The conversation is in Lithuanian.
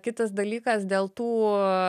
kitas dalykas dėl tų